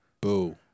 Boo